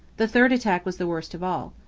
the third attack was the worst of all.